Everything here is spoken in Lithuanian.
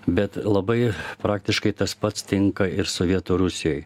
bet labai praktiškai tas pats tinka ir sovietų rusijai